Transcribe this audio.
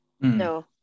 no